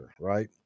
right